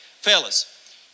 fellas